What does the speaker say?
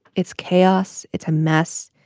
it's chaos. it's a mess.